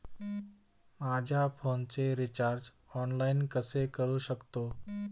माझ्या फोनचे recharge online कसे करू शकतो?